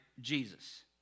Jesus